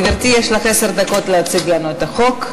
גברתי, יש לך עשר דקות להציג לנו את החוק.